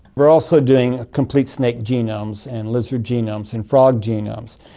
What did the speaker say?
we are also doing complete snake genomes and lizard genomes and frog genomes,